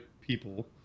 people